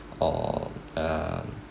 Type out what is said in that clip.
or uh